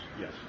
yes